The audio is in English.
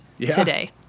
today